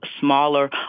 smaller